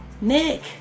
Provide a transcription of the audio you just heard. Nick